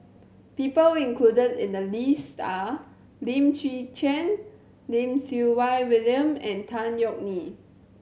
people included in the list are Lim Chwee Chian Lim Siew Wai William and Tan Yeok Nee